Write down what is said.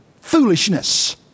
foolishness